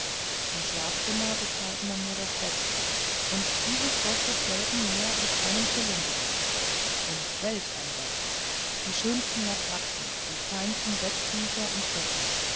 im schlafzimmer bezahlt man nur das bette und dieses kostet selten mehr als einen schilling die nacht und welch ein bett die schönsten matratzen die feinsten bettücher und decken